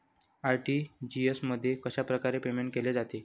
RTGS मध्ये कशाप्रकारे payment केले जाते?